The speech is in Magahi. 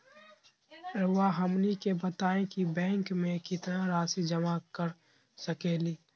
रहुआ हमनी के बताएं कि बैंक में कितना रासि जमा कर सके ली?